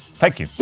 thank you.